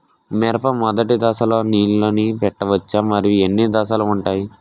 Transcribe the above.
మిరప మొదటి దశలో నీళ్ళని పెట్టవచ్చా? మరియు ఎన్ని దశలు ఉంటాయి?